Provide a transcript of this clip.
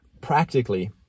practically